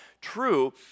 true